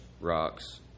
rocks